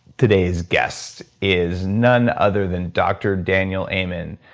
today's guest is none other than dr. daniel amen.